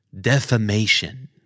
Defamation